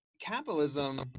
capitalism